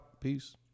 Peace